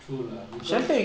true lah